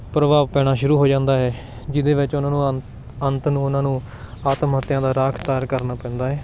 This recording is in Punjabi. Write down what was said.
ਪ੍ਰਭਾਵ ਪੈਣਾ ਸ਼ੁਰੂ ਹੋ ਜਾਂਦਾ ਹੈ ਜਿਹਦੇ ਵਿੱਚ ਉਹਨਾਂ ਨੂੰ ਅੰਤ ਨੂੰ ਉਹਨਾਂ ਨੂੰ ਆਤਮ ਹੱਤਿਆ ਦਾ ਰਾਹ ਅਖਤਿਆਰ ਕਰਨਾ ਪੈਂਦਾ ਏ